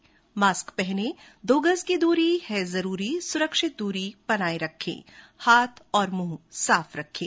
mask पहनें दो गज़ की दूरी है जरूरी सुरक्षित दूरी बनाए रखें हाथ और मुंह साफ रखें